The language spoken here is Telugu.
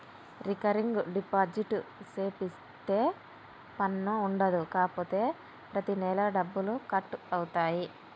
రికరింగ్ డిపాజిట్ సేపిత్తే పన్ను ఉండదు కాపోతే ప్రతి నెలా డబ్బులు కట్ అవుతాయి